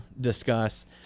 discuss